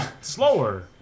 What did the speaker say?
slower